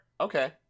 Okay